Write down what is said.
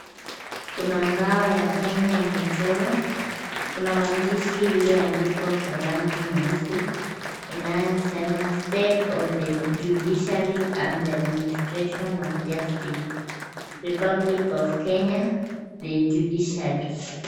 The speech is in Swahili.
Kuna ngao ya Kenya imechorwa. Kuna maandishi iliyoandikwa kwa rangi nyeusi inayosema state of the judiciary and the administration of justice, republic of Kenya, the judiciary .